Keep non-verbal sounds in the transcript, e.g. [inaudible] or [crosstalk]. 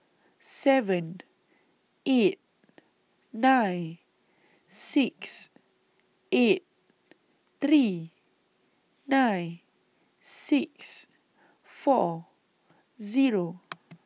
seven eight nine six eight three nine six four Zero [noise]